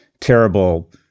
terrible